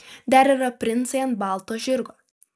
dar yra princai ant balto žirgo